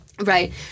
Right